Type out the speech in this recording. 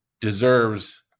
deserves